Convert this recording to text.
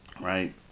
Right